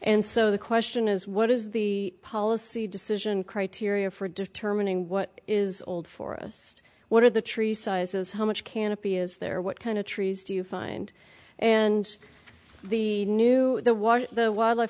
and so the question is what is the policy decision criteria for determining what is old forest what are the tree sizes how much canopy is there what kind of trees do you find and the new the water the wildlife